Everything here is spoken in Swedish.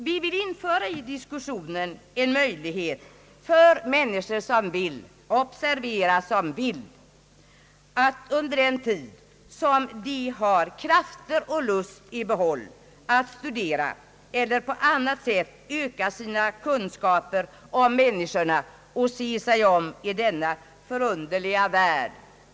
Vi vill i diskussionen införa en möjlighet för människor som vill — observera som vill — att under en tid, då de har kraften och lusten i behåll, studera eller på annat sätt öka sina kunskaper om människorna och se sig om i denna förunderliga värld.